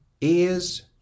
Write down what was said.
ears